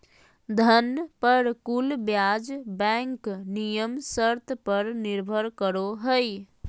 धन पर कुल ब्याज बैंक नियम शर्त पर निर्भर करो हइ